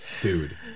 dude